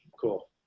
Cool